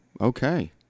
Okay